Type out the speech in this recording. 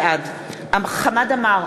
בעד חמד עמאר,